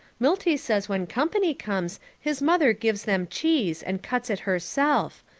milty says when company comes his mother gives them cheese and cuts it herself.